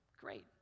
Great